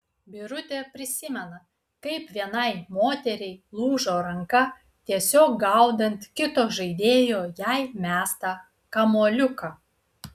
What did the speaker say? birutė prisimena kaip vienai moteriai lūžo ranka tiesiog gaudant kito žaidėjo jai mestą kamuoliuką